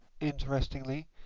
Interestingly